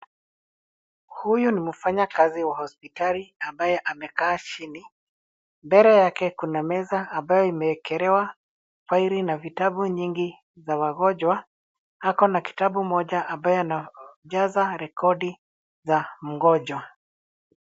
Huyu ni mfanyakazi wa hospitali ambaye amekaa chini. Mbele yake kuna meza ambayo imewekelewa faili na vitabu mingi za wagonjwa. Ako na kitabu moja ambayo anajaza rekodi za mgonjwa.